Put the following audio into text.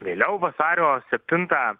vėliau vasario septintą